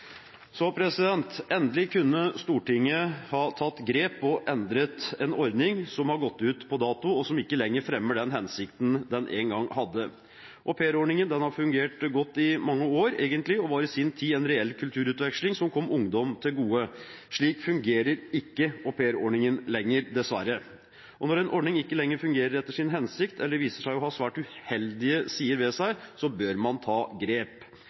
Endelig kunne Stortinget ha tatt grep og endret en ordning som har gått ut på dato, og som ikke lenger fremmer den hensikten den en gang hadde. Aupairordningen har egentlig fungert godt i mange år og var i sin tid en reell kulturutveksling som kom ungdom til gode. Slik fungerer dessverre ikke aupairordningen lenger. Og når en ordning ikke lenger fungerer etter sin hensikt, eller viser seg å ha svært uheldige sider, bør man ta grep.